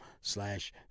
slash